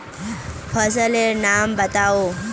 फसल लेर नाम बाताउ?